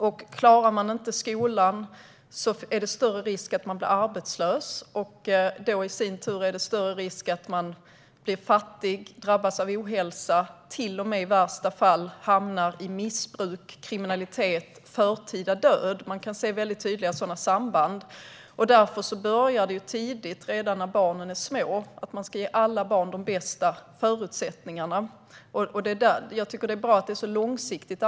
Och om man inte klarar skolan är risken större för att bli arbetslös. Då är det i sin tur större risk för att man blir fattig, drabbas av ohälsa, i värsta fall till och med hamnar i missbruk, kriminalitet och drabbas av förtida död. Det går att se tydliga sådana samband. Det börjar tidigt. Det är därför vi ska ge alla barn, redan när de är små, de bästa förutsättningarna. Det är bra att regeringen arbetar långsiktigt.